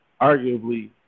arguably